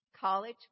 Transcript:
college